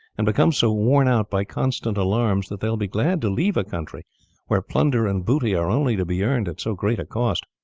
and become so worn out by constant alarms that they will be glad to leave a country where plunder and booty are only to be earned at so great a cost.